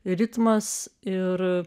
ritmas ir